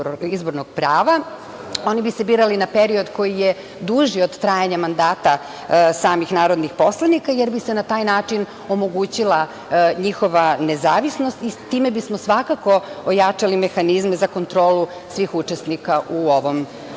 izbornog prava. Oni bi se birali na period koji je duži od trajanja mandata samih narodnih poslanika, jer bi se na taj način omogućila njihova nezavisnost i time bismo svakako ojačali mehanizme za kontrolu svih učesnika u ovom